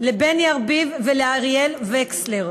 לבני ארביב ולאריאל וכסלר.